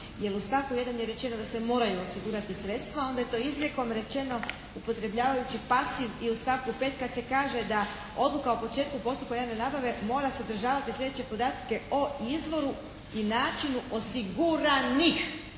Jer u stavku 1. je rečeno da se moraju osigurati sredstva. Onda je to izrijekom rečeno upotrebljavajući pasiv i u stavku 5. kad se kaže, da odluka o početku postupka javne nabave mora sadržavati sljedeće podatke o izvoru i načinu osiguranih